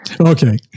Okay